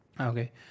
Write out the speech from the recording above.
Okay